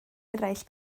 eraill